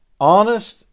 honest